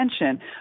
attention